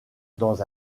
dans